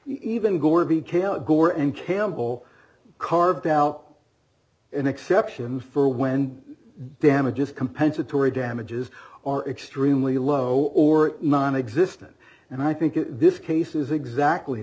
became gore and campbell carved out an exception for wind damages compensatory damages are extremely low or nonexistent and i think this case is exactly